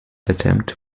attempt